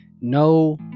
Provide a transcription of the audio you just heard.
no